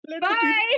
Bye